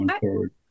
forward